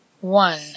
One